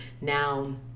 now